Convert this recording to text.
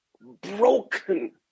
broken